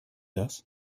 das